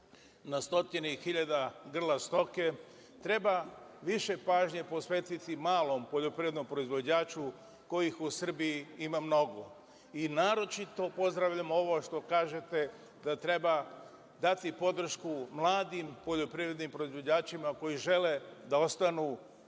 na stotine i hiljade grla stoke, treba više pažnje posvetiti malom poljoprivrednom proizvođaču kojih u Srbiji ima mnogo. Naročito pozdravljam ovo što kažete da treba dati podršku mladim poljoprivrednim proizvođačima koji žele da ostanu